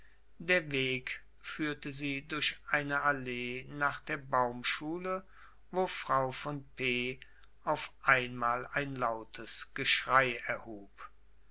der weg führte sie durch eine allee nach der baumschule wo frau von p auf einmal ein lautes geschrei erhub